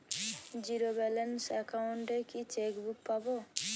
Zero balance account এ কি chequebook পাব?